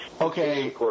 Okay